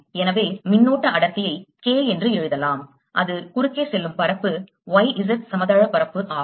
எனவே மின்னோட்ட அடர்த்தியை K என்று எழுதலாம் அது குறுக்கே செல்லும் பரப்பு Y Z சமதள பரப்பு ஆகும்